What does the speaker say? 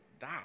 die